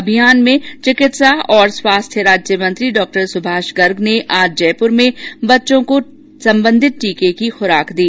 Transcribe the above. अभियान के तहत चिकित्सा और स्वास्थ्य राज्यमंत्री डॉ सुभाष गर्ग आज जयपुर में बच्चों को संबंधित टीके की खुराक दी